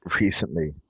recently